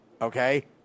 Okay